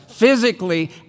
physically